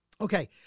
Okay